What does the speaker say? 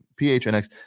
PHNX